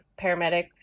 paramedics